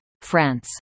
France